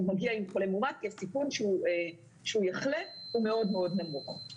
מגיע עם חולה מאומת כי הסיכון שהוא יחלה הוא מאוד מאוד נמוך.